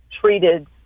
treated